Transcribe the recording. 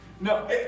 No